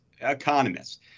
economists